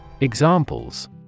Examples